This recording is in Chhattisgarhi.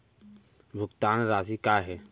भुगतान राशि का हे?